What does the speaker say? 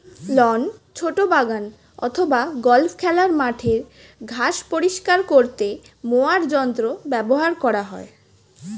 loan, ছোট বাগান অথবা গল্ফ খেলার মাঠের ঘাস পরিষ্কার করতে মোয়ার যন্ত্র ব্যবহার করা হয়